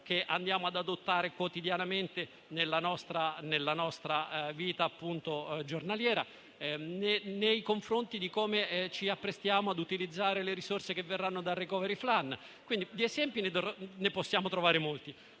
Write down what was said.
che andiamo ad adottare quotidianamente nella nostra vita giornaliera e anche al modo in cui ci apprestiamo ad utilizzare le risorse che verranno dal *recovery plan.* Dunque, di esempi ne possiamo trovare molti,